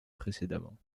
précédemment